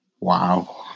Wow